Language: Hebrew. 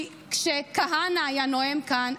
כי כשכהנא היה נואם כאן,